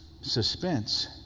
suspense